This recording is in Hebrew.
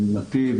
עם נתיב,